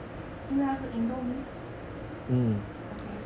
因为它是 indomie okay so